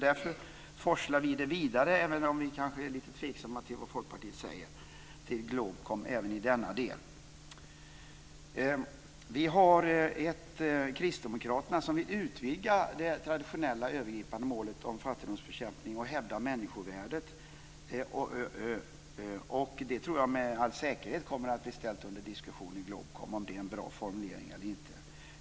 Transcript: Därför forslar vi även denna del vidare till GLOBKOM, även om vi kanske är lite tveksamma till vad Folkpartiet säger. Kristdemokraterna vill utvidga det traditionella övergripande målet om fattigdomsbekämpning och hävda människovärdet. Det kommer med all säkerhet att bli ställt under diskussion i GLOBKOM om det är en bra formulering eller inte.